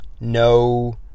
No